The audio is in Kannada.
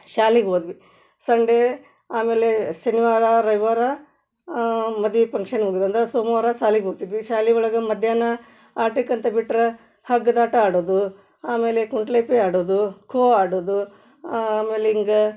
ಶಾಲಿಗೆ ಹೋದ್ವಿ ಸಂಡೇ ಆಮೇಲೆ ಶನಿವಾರ ರವಿವಾರ ಮದ್ವೆ ಫಂಕ್ಷನ್ ಹೋಗುದಂತ ಸೋಮವಾರ ಸಾಲಿಗೆ ಹೋಗ್ತಿದ್ವಿ ಶಾಲೆ ಒಳಗೆ ಮಧ್ಯಾಹ್ನ ಆಟಕ್ಕಂತ ಬಿಟ್ರೆ ಹಗ್ಗದಾಟ ಆಡೋದು ಆಮೇಲೆ ಕುಂಟ್ಲೇಪಿ ಆಡೋದು ಖೋ ಆಡೋದು ಆಮೇಲೆ ಹಿಂಗ